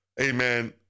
amen